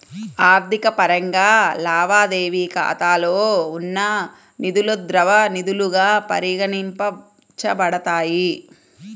ఆర్థిక పరంగా, లావాదేవీ ఖాతాలో ఉన్న నిధులుద్రవ నిధులుగా పరిగణించబడతాయి